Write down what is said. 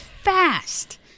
fast